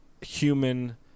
human